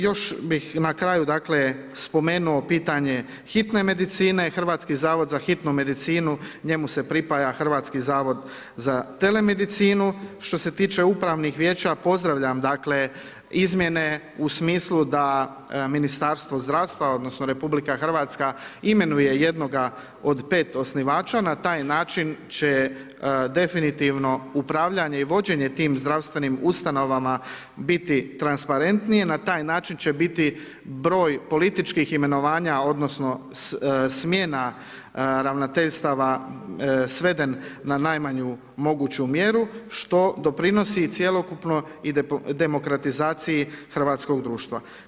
Još bi na kraju dakle, spomenuo pitanje hitne medicine Hrvatski zavod za hitnu medicinu, njemu se pripaja Hrvatski zavod za telemedicinu, što se tiče upravnih vijeća, pozdravljam dakle, izmjene u smislu da Ministarstvo zdravstva, odnosno RH, imenuje jednoga od 5 osnivača, na taj način će definitivno upravljanje i vođenje tim zdravstvenim ustanovama, biti transparentnije, na taj način će biti broj političkih imenovanja, odnosno, smjena ravnateljstava, sveden na najmanju moguću mjeru, što doprinosi i cjelokupno i demokratizaciji hrvatskog društva.